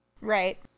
Right